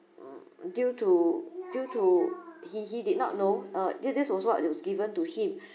due to due to he he did not know uh this this was what that was given to him